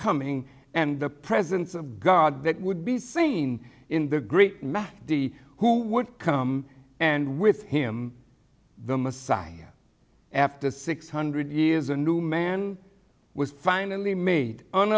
coming and the presence of god that would be seen in the great mass who would come and with him the messiah after six hundred years a new man was finally made on